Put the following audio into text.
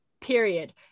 period